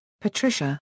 Patricia